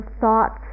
thoughts